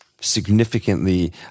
significantly